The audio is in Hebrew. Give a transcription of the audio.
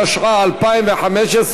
התשע"ה 2015,